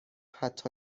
حتی